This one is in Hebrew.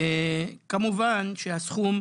כמובן שהסכום,